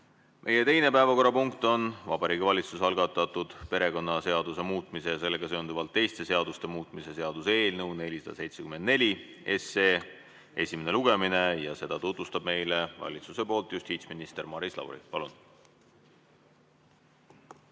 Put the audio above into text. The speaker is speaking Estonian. Meie teine päevakorrapunkt on Vabariigi Valitsuse algatatud perekonnaseaduse muutmise ja sellega seonduvalt teiste seaduste muutmise seaduse eelnõu 474 esimene lugemine. Seda tutvustab meile valitsuse poolt justiitsminister Maris Lauri. Palun!